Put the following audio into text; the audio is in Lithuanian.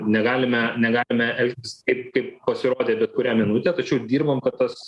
negalime negalime elgtis kaip kaip pasirodė bet kurią minutę tačiau dirbam kad tas